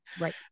Right